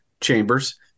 chambers